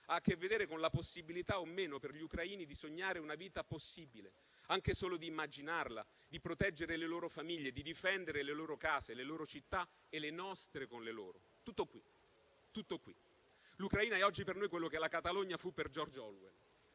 ha a che vedere con la possibilità o no per gli ucraini di sognare una vita possibile, anche solo di immaginarla, di proteggere le loro famiglie, di difendere le loro case, le loro città e le nostre con le loro. Tutto qui. L'Ucraina è oggi per noi quello che la Catalogna fu per George Orwell.